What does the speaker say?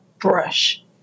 brush